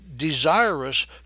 Desirous